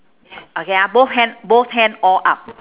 okay ah both hand both hand all up